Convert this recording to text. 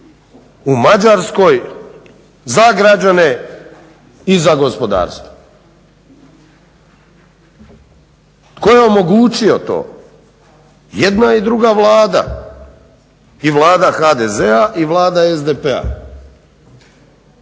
u Mađarskoj za građane i za gospodarstvo. Tko je omogućio to? Jedna i druga Vlada i Vlada HDZ-a i Vlada SDP-a.